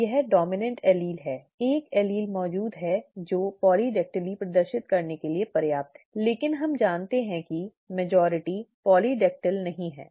यह dominant allele है एक एलील मौजूद है जो पॉलीडेक्टाइलली प्रदर्शित करने के लिए पर्याप्त है लेकिन हम जानते हैं कि मजॉरिटी पॉलीडेक्टाइल नहीं हैं है ना